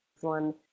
one